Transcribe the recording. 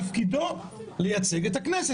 תפקידו לייצג את הכנסת.